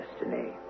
destiny